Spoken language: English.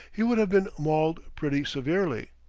he would have been mauled pretty severely.